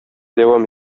дәвам